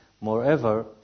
Moreover